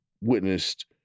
witnessed